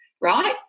right